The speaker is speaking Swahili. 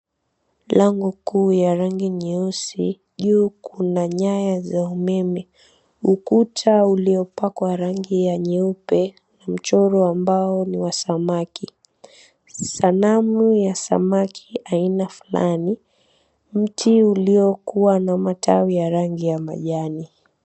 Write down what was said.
Lango kuu ya rangi nyeusi. Juu kuna nyaya za umeme. Ukuta uliopakwa rangi ya nyeupe. Mchoro ambao ni wa samaki. Sanamu ya samaki aina fulani. Mti uliokuwa na matawi ya rangi ya majani.